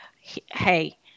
hey